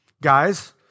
Guys